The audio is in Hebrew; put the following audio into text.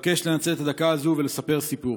אבקש לנצל את הדקה הזו ולספר סיפור.